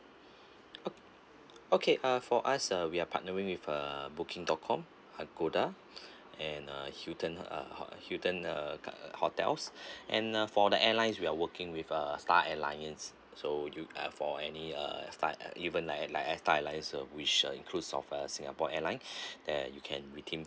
ok~ okay uh for us uh we are partnering with uh booking dot com agoda and uh hilton uh hot hilton uh hotels and uh for the airlines we are working with uh star alliance so you uh for any uh flight even like like air star alliance uh which uh includes of uh singapore airline that you can redeem